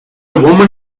woman